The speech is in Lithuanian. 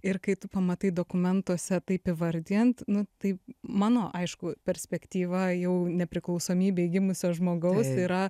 ir kai tu pamatai dokumentuose taip įvardijant nu tai mano aišku perspektyva jau nepriklausomybėj gimusio žmogaus yra